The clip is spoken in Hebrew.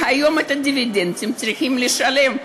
והיום את הדיבידנדים צריכים לשלם,